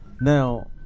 Now